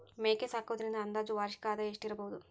ಮೇಕೆ ಸಾಕುವುದರಿಂದ ಅಂದಾಜು ವಾರ್ಷಿಕ ಆದಾಯ ಎಷ್ಟಿರಬಹುದು?